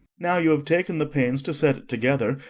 now you have taken the pains to set it together,